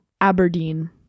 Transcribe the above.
Aberdeen